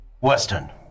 Western